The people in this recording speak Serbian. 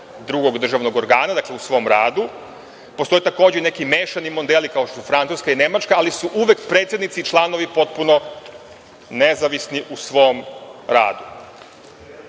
drugog državnog organa u svom radu. Postoje takođe neki mešani modeli kao što su Francuska i Nemačka, ali su uvek predsednici i članovi potpuno nezavisni u svom